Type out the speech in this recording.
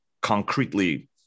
concretely